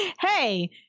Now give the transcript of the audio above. Hey